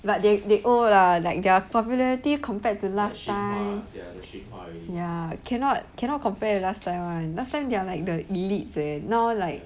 but they they old lah like their popularity compared to last time ya cannot cannot compare to last time one last time they're like the elite eh now like